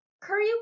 Curry